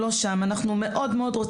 נכון.